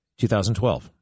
2012